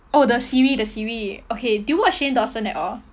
oh the siri the siri okay do you watch shayne dawson at all